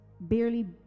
barely